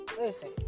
listen